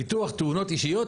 ביטוח תאונות אישיות,